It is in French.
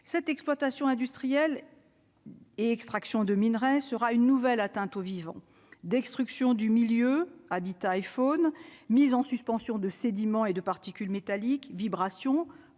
cette exploitation industrielle. Et extraction de minerai sera une nouvelle atteinte au vivant, destruction du milieu habitat iPhone mise en suspension de sédiments et de particules métalliques vibrations